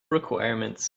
requirements